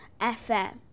FM